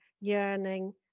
yearning